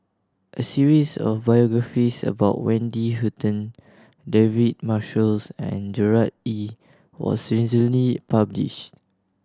a series of biographies about Wendy Hutton David Marshalls and Gerard Ee was recently publish